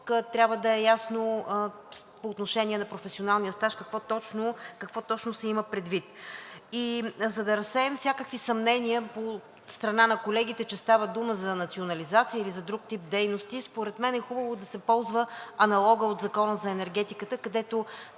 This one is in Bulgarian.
трябва да е ясно по отношение на професионалния стаж какво точно се има предвид. И за да разсеем всякакви съмнения от страна на колегите, че става дума за национализация или за друг тип дейности, според мен е хубаво да се ползва аналогът от Закона за енергетиката, където